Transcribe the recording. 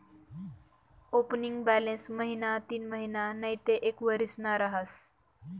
opening balance महिना तीनमहिना नैते एक वरीसना रहास